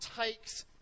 takes